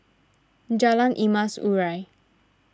Jalan Emas Urai